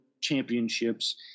Championships